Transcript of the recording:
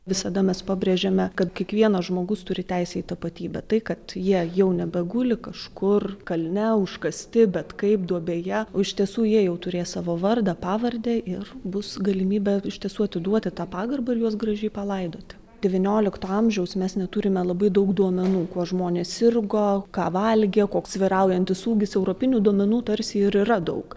visada mes pabrėžiame kad kiekvienas žmogus turi teisę į tapatybę tai kad jie jau nebeguli kažkur kalne užkasti bet kaip duobėje o iš tiesų jie jau turės savo vardą pavardę ir bus galimybė iš tiesų atiduoti tą pagarbą ir juos gražiai palaidoti devyniolikto amžiaus mes neturime labai daug duomenų kuo žmonės sirgo ką valgė koks vyraujantis ūgis europinių duomenų tarsi ir yra daug